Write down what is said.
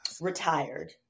Retired